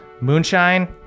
Moonshine